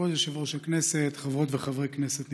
כבוד יושב-ראש הכנסת, חברות וחברי כנסת נכבדים,